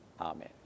amen